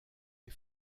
des